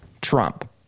trump